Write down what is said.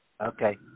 Okay